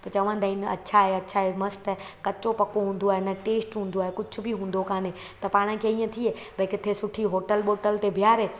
चवंदा आहिनि अच्छा है अच्छा है मस्त है कचो पको हूंदो आहे न टेस्ट हूंदो आहे कुझु बि हूंदो काने त पाण खे ईअं थिए भई किथे सुठी होटल वोटल ते बीहारे